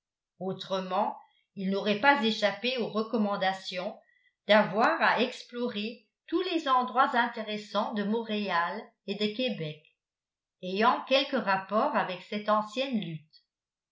autrement il n'aurait pas échappé aux recommandations d'avoir à explorer tous les endroits intéressants de montréal et de québec ayant quelque rapport avec cette ancienne lutte